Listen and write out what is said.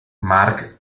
mark